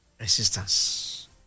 Resistance